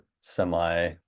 semi